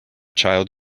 child